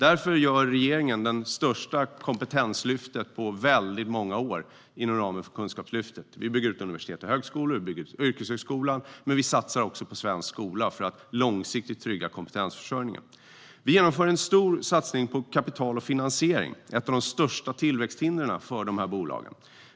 Därför gör regeringen det största kompetenslyftet på väldigt många år inom ramen för Kunskapslyftet. Vi bygger ut universitet och högskolor. Vi bygger ut yrkeshögskolan. Vi satsar också på svensk skola för att långsiktigt trygga kompetensförsörjningen. Vi genomför en stor satsning på kapital och finansiering, som är ett av de största tillväxthindren för de här bolagen.